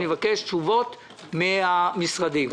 אני מבקש תשובות מן המשרדים.